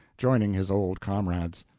joining his old comrades.